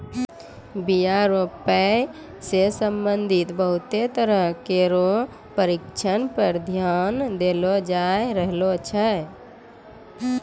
बीया रोपै सें संबंधित बहुते तरह केरो परशिक्षण पर ध्यान देलो जाय रहलो छै